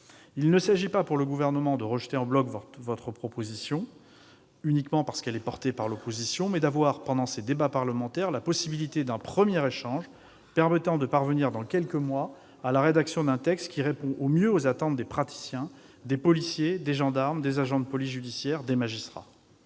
Il ne s'agit pas pour le Gouvernement de rejeter en bloc cette proposition de loi, uniquement parce qu'elle serait défendue par l'opposition, mais d'avoir, pendant ces débats parlementaires, la possibilité d'un premier échange permettant de parvenir, dans quelques mois, à la rédaction d'un texte répondant au mieux aux attentes des praticiens : policiers, gendarmes, agents de police judiciaire et magistrats.